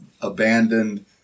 abandoned